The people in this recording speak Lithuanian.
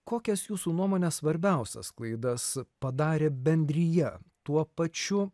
kokias jūsų nuomone svarbiausias klaidas padarė bendrija tuo pačiu